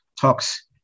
talks